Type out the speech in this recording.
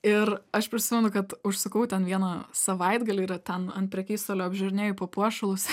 ir aš prisimenu kad užsukau ten vieną savaitgalį ir ten ant prekystalio apžiūrinėju papuošalus